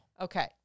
Okay